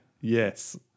Yes